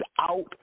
out